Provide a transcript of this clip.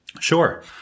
Sure